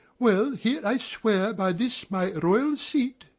well, here i swear by this my royal seat